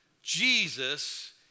Jesus